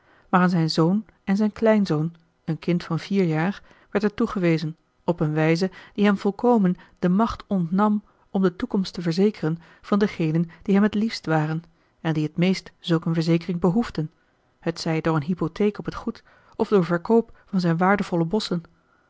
aan zijn zoon en zijn kleinzoon een kind van vier jaar werd het toegewezen op een wijze die hem volkomen de macht ontnam om de toekomst te verzekeren van degenen die hem het liefst waren en die het meest zulk een verzekering behoefden t zij door een hypotheek op het goed of door verkoop van zijn waardevolle bosschen